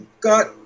got